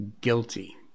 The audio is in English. guilty